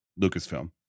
Lucasfilm